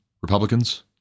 Republicans